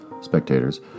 spectators